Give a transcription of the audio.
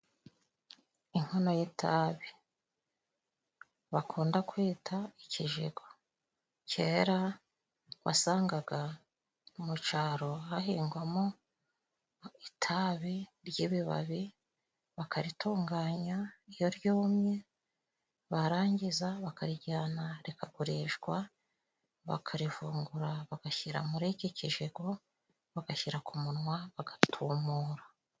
Inkono y'itabi bakunda kwita ikijigo, kera wasangaga mu cyaro hahingwamo itabi ry'ibibabi. Bakaritunganya iyo ryumye, barangiza bakarijyana rikagurishwa, bakarivugurara bagashyira mu iki kijigo bagashyira ku munwa bagatumura.